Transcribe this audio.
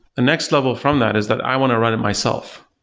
the next level from that is that i want to run it myself.